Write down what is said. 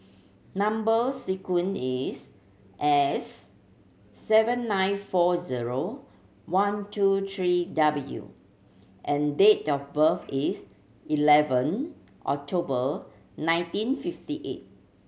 number sequence is S seven nine four zero one two three W and date of birth is eleven October nineteen fifty eight